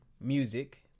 music